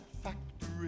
factory